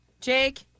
Jake